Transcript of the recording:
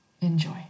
Enjoy